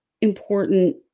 important